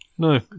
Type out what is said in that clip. No